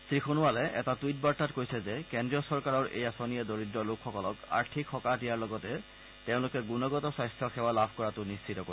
শ্ৰীসোণোৱালে এটা টুইট বাৰ্তাত কৈছে যে কেজ্ৰীয় চৰকাৰৰ এই আঁচনিয়ে দৰিদ্ৰ লোকসকলক আৰ্থিক সকাহ দিয়াৰ লগতে তেওঁলোকে গুণগত স্বাস্থ্য সেৱা লাভ কৰাটো নিশ্চিত কৰিব